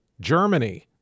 Germany